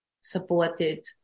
...supported